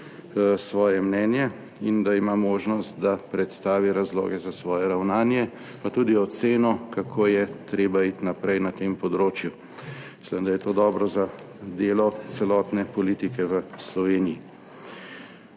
svoje mnenje in da ima možnost, da predstavi razloge za svoje ravnanje, pa tudi oceno, kako je treba iti naprej na tem področju. Mislim, da je to dobro za delo celotne politike v Sloveniji.